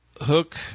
Hook